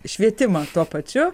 švietimą tuo pačiu